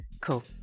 cool